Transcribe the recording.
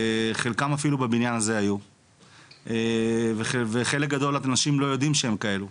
חלקם אפילו היו בבניין הזה וחלק גדול מהאנשים לא יודעים שהם כאלו.